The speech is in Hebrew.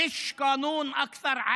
אין חוק הוגן יותר,